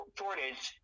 shortage